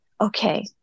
Okay